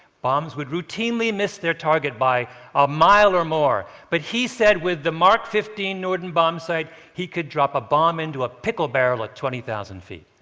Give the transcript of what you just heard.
bombs would routinely miss their target by a mile or more. but he said, with the mark fifteen norden bombsight, he could drop a bomb into a pickle barrel at twenty thousand ft.